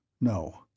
No